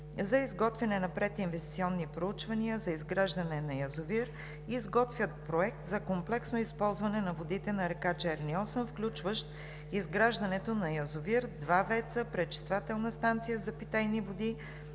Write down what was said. за изготвяне на прединвестиционни проучвания за изграждане на язовир изготвя Проект за комплексно използване на водите на река Черни Осъм, включващ изграждането на язовир, два ВЕЦ-а, пречиствателна станция за питейни води,